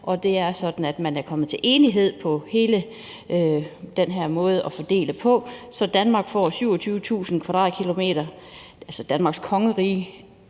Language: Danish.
Og det er sådan, at man er kommet til enighed om hele den her måde at fordele på, så Danmark får 27.000 km², altså Danmarks kongerige,